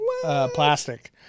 plastic